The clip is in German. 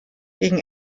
gegen